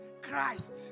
Christ